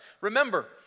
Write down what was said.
Remember